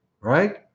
Right